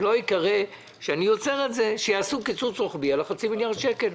שלא ייקרא שאני עוצר את זה - שיעשו קיצוץ רוחבי על חצי מיליארד שקל.